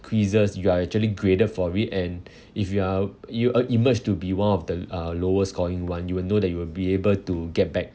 quizzes you are actually graded for it and if you are you uh emerge to be one of the uh lowest scoring one you will know that you will be able to get back